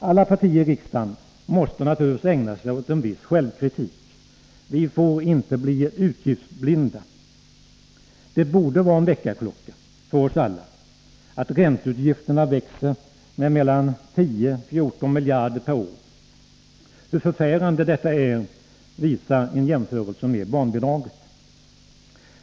Alla partier i riksdagen måste naturligtvis ägna sig åt en viss självkritik, Vi får inte bli utgiftsblinda. Det borde vara en väckarklocka för oss alla att ränteutgifterna växer med 10 — 14 miljarder per år. Hur förfärande detta är visar en jämförelse med barnbidraget.